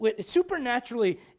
supernaturally